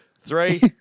Three